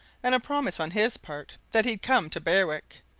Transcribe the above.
and a promise on his part that he'd come to berwick,